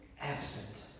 absent